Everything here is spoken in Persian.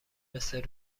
مثل